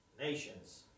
nations